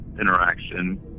interaction